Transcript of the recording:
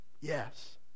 yes